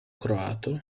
croato